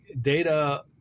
data